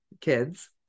kids